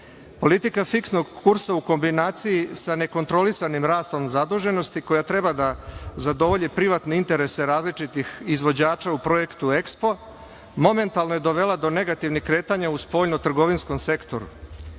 Politika fiksnog kursa u kombinaciji sa nekontrolisanim rastom zaduženosti koja treba da zadovolji privatne interese različitih izvođača u projektu EKSPO momentalno je dovela do negativnih kretanja u spoljnotrgovinskom sektoru. Saldo